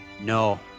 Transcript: No